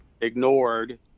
ignored